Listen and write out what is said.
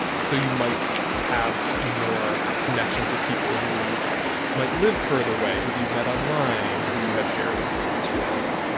so you might have more connections with people who might live further away, who've you've met online, who you have shared interests with.